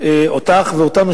אותך ואותנו,